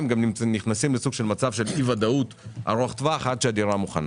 הם גם נכנסים לסוג של מצב של אי-ודאות ארוך טווח עד שהדירה מוכנה.